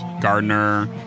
Gardner